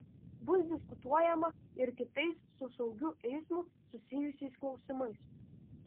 bus diskutuojama ir kitais su saugiu eismu susijusiais klausimais